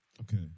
Okay